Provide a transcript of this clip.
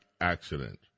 accident